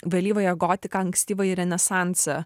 vėlyvąją gotiką ankstyvąjį renesansą